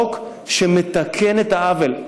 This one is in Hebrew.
חוק שמתקן את העוול.